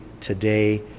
today